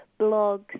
blogs